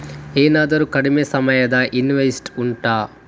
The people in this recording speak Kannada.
ಏನಾದರೂ ಕಡಿಮೆ ಸಮಯದ ಇನ್ವೆಸ್ಟ್ ಉಂಟಾ